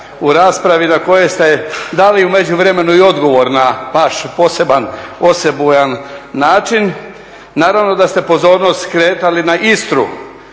u raspravi na koje ste dali u međuvremenu i odgovor na vaš poseban, osebujan način. Naravno da ste pozornost skretali na Istru